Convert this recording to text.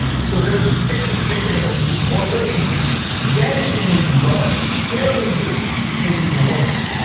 so their opinion of him is already vanishingly low, barely exists. this made it even worse.